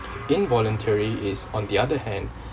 involuntary is on the other hand